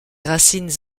racines